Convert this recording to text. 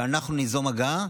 שאנחנו ניזום הגעה.